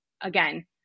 again